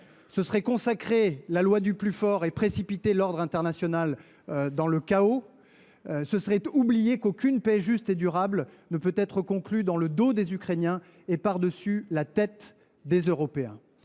Ce serait consacrer la loi du plus fort et précipiter l’ordre international dans le chaos. Ce serait oublier qu’aucune paix juste et durable ne peut être conclue dans le dos des Ukrainiens et par dessus la tête des Européens.